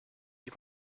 you